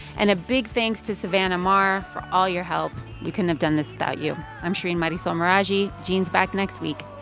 and a big thanks to savannah maher for all your help we couldn't have done this without you i'm shereen marisol meraji. gene's back next week.